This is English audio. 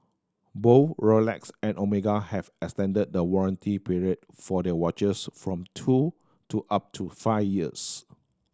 both Rolex and Omega have extended the warranty period for their watches from two to up to five years